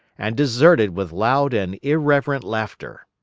and deserted with loud and irreverent laughter.